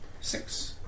Six